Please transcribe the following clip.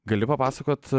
gali papasakot